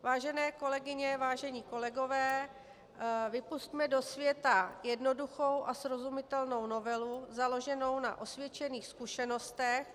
Vážené kolegyně, vážení kolegové, vypusťme do světa jednoduchou a srozumitelnou novelu založenou na osvědčených zkušenostech.